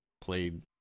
played